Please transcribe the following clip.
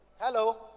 Hello